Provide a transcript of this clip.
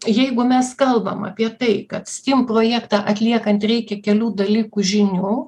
jeigu mes kalbam apie tai kad stim projektą atliekant reikia kelių dalykų žinių